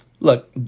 Look